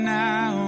now